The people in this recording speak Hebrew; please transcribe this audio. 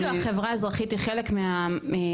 החברה האזרחית היא חלק מהמשתתפים?